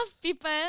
people